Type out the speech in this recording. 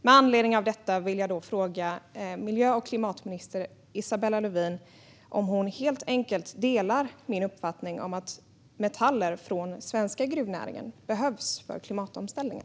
Med anledning av detta vill jag fråga miljö och klimatminister Isabella Lövin om hon helt enkelt delar min uppfattning att metaller från den svenska gruvnäringen behövs för klimatomställningen.